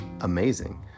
amazing